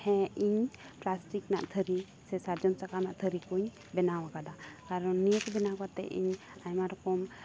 ᱦᱮᱸ ᱤᱧ ᱯᱞᱟᱥᱴᱤᱠ ᱨᱮᱱᱟᱜ ᱛᱷᱟᱹᱨᱤ ᱥᱮ ᱥᱟᱨᱡᱚᱢ ᱥᱟᱠᱟᱱᱟᱜ ᱛᱷᱟᱹᱨᱤ ᱠᱚᱧ ᱵᱮᱱᱟᱣ ᱟᱠᱟᱫᱟ ᱠᱟᱨᱚᱱ ᱱᱤᱭᱟᱹ ᱠᱚ ᱵᱮᱱᱟᱣ ᱠᱟᱛᱮ ᱤᱧ ᱟᱭᱢᱟ ᱨᱚᱠᱚᱢ